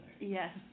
Yes